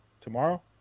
Tomorrow